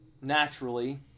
naturally